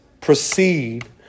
proceed